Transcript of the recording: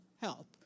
help